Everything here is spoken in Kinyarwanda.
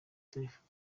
telefone